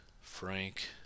Frank